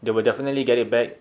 they will definitely get it back